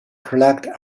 collect